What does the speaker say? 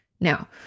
Now